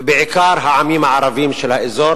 בעיקר העמים הערביים באזור.